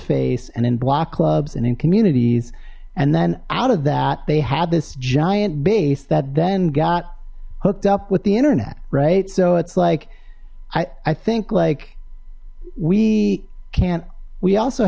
face and in block clubs and in communities and then out of that they had this giant base that then got hooked up with the internet right so it's like i think like we can't we also